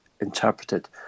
interpreted